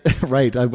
right